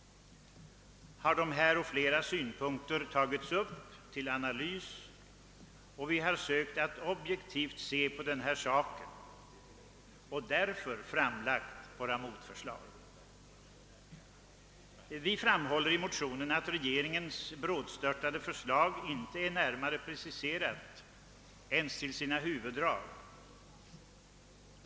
Detta har ur flera synpunkter tagits upp till analys och vi har sökt att objektivt bedöma frågan och på grund av detta framlagt våra motförslag. Vi framhåller i motionen att regeringens brådstörtade förslag inte är närmare preciserat ens till sina huvuddrag.